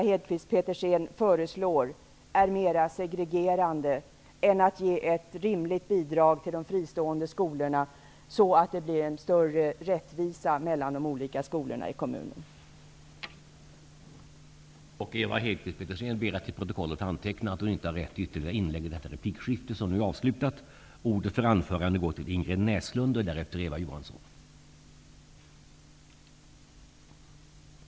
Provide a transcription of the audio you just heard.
Hedkvist Petersen föreslår är självfallet mer segregerande än ett rimligt bidrag till de fristående skolorna för att få större rättvisa mellan de olika skolorna i kommunerna.